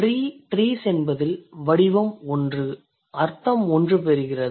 Tree trees என்பதில் வடிவம் 1 அர்த்தம் 1 பெறுகிறது